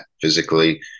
physically